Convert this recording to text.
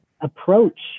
approach